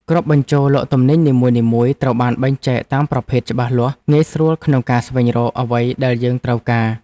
គ្រប់បញ្ជរលក់ទំនិញនីមួយៗត្រូវបានបែងចែកតាមប្រភេទច្បាស់លាស់ងាយស្រួលក្នុងការស្វែងរកអ្វីដែលយើងត្រូវការ។